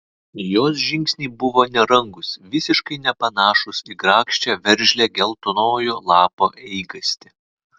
jos žingsniai buvo nerangūs visiškai nepanašūs į grakščią veržlią geltonojo lapo eigastį